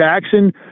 Jackson